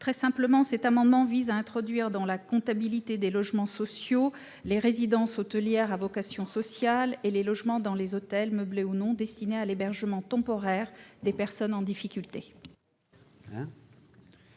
de Cidrac. Cet amendement vise à introduire dans la comptabilité des logements sociaux les résidences hôtelières à vocation sociale et les logements dans les hôtels, meublés ou non, destinés à l'hébergement temporaire des personnes en difficulté.